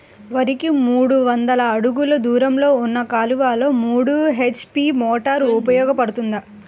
వరికి మూడు వందల అడుగులు దూరంలో ఉన్న కాలువలో మూడు హెచ్.పీ మోటార్ ఉపయోగపడుతుందా?